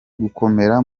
gukomera